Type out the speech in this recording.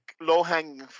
low-hanging